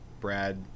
Brad